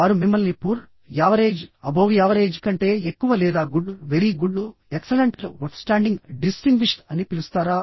వారు మిమ్మల్ని poor average above average కంటే ఎక్కువ లేదా good very good excellent outstanding distinguished అని పిలుస్తారా